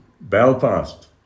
Belfast